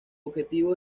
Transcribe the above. objetivo